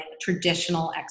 traditional